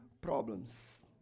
problems